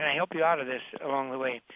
help you out of this along the way?